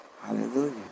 Hallelujah